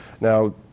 Now